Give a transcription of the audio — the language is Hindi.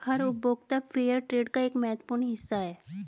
हर उपभोक्ता फेयरट्रेड का एक महत्वपूर्ण हिस्सा हैं